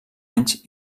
anys